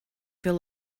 feel